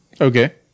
Okay